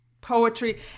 poetry